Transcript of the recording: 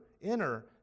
inner